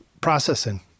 processing